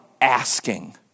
asking